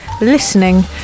listening